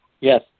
Yes